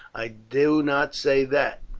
i do not say that,